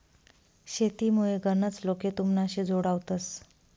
शेतीमुये गनच लोके तुमनाशी जोडावतंस